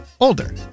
Older